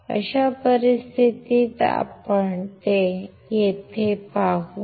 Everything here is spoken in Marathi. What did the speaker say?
अशा परिस्थितीत आपण ते येथे पाहू